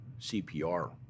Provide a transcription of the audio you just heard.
CPR